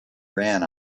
ran